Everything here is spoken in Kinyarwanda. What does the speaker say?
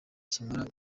nkimara